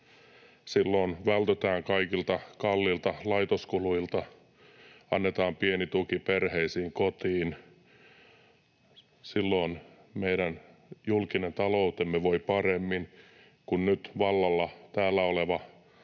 kotiin, vältytään kaikilta kalliilta laitoskuluilta, ja silloin meidän julkinen taloutemme voi paremmin kuin nyt vallalla täällä oleva